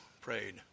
prayed